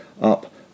up